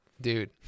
dude